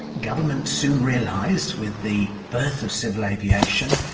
governments soon realised, with the birth of civil aviation,